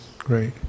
great